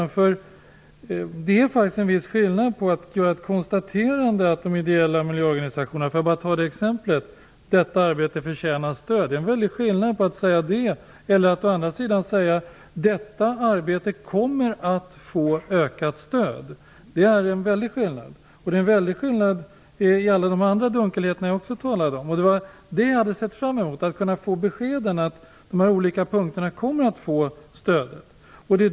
Det är faktiskt, för att ta ett exempel, en viss skillnad mellan att konstatera att de ideella miljöorganisationernas arbete "förtjänar stöd" och att säga: Detta arbete kommer att få ökat stöd. Det är en väldig skillnad, och det är en väldig skillnad i alla de andra dunkelheter som jag också talade om. Jag hade sett fram emot att kunna få beskedet att de olika punkterna kommer att få stöd.